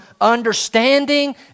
understanding